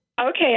Okay